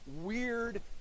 weird